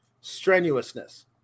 strenuousness